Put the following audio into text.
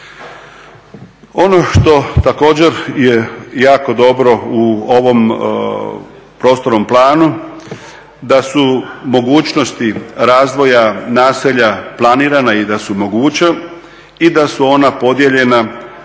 Ono što također je jako dobro u ovom prostornom planu da su mogućnosti razvoja naselja planirana i da su moguća i da su ona podijeljena